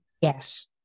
Yes